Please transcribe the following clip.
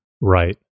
Right